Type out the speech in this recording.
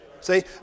See